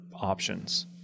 options